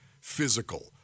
Physical